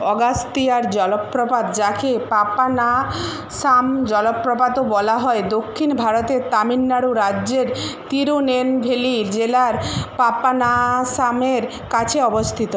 অগাস্তিয়ার জলপ্রপাত যাকে পাপানা সাম জলপ্রপাতও বলা হয় দক্ষিণ ভারতের তামিলনাড়ু রাজ্যের তিরুনেলভেলি জেলার পাপানাসামের কাছে অবস্থিত